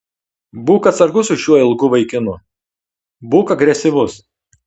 būk atsargus su šiuo ilgu vaikinu būk agresyvus